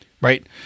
Right